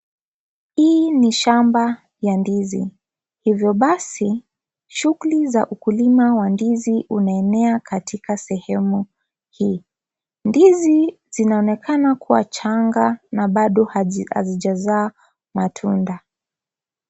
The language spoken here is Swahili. Hii ni shamba ya ndizi hivyo basi shuguli za ukulima wa ndizi unaenea katika sehemu hii, ndizi zinaonekana kuwa changa na bado hazijazaa matunda.